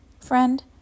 Friend